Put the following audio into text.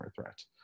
threat